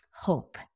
hope